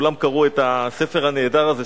וכולם קראו את הספר הנהדר הזה,